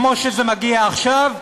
כמו שזה מגיע עכשיו,